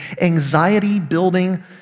anxiety-building